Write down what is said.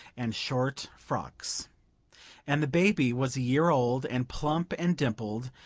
and short frocks and the baby was a year old, and plump and dimpled,